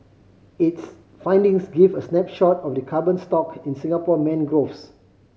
its findings give a snapshot of the carbon stock in Singapore mangroves